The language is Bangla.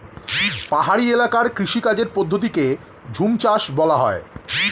পাহাড়ি এলাকার কৃষিকাজের পদ্ধতিকে ঝুমচাষ বলা হয়